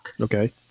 Okay